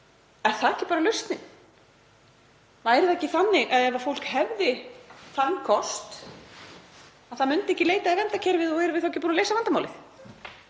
Er það ekki bara lausnin? Væri það ekki þannig að ef fólk hefði þann kost myndi það ekki leita í verndarkerfið? Og erum við þá ekki búin að leysa vandamálið?